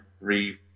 three